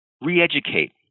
re-educate